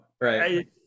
Right